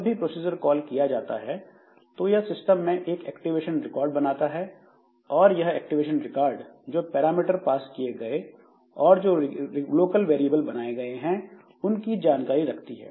जब भी procedure call किया जाता है तो यह सिस्टम में एक एक्टिवेशन रिकॉर्ड बनाता है और यह एक्टिवेशन रिकॉर्ड जो पैरामीटर पास किए गए और जो लोकल वेरिएबल बनाए गए हैं उनकी जानकारी रखता है